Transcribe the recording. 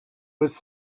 was